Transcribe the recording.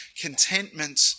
contentment